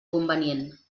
convenient